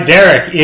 Derek